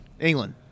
England